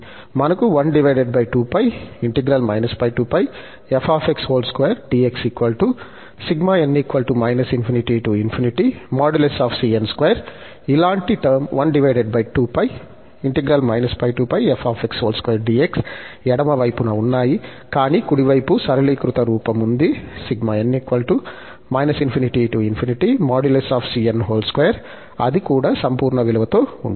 మనకు ఇలాంటి టర్మ్ ఎడమ వైపున ఉన్నాయి కానీ కుడివైపు సరళీకృత రూపం ఉంది అది కూడా సంపూర్ణ విలువతో ఉంటుంది